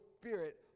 Spirit